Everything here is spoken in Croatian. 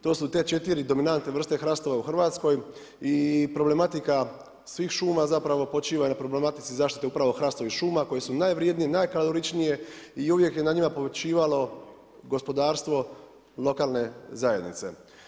To su te četiri dominantne vrste hrastova u Hrvatskoj i problematika svih šuma zapravo počiva i na problematici zaštite upravo hrastovih šuma koje su najvrijednije, najkaloričnije i uvijek je na njima počivalo gospodarstvo lokalne zajednice.